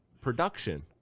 production